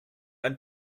ein